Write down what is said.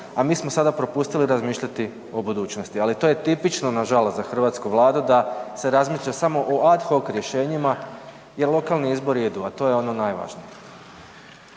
a mi smo sada propustili razmišljati o budućnosti, ali to je tipično nažalost za hrvatsku Vladu da se razmišlja samo o ad hoc rješenjima jer lokalni izbori idu, a to je ono najvažnije.